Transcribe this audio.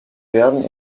werden